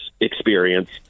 experience